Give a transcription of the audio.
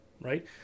right